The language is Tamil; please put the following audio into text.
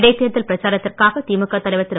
இடைத்தேர்தல் பிரச்சாரத்திற்காக திமுக தலைவர் திரு